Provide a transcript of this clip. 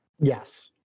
Yes